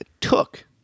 took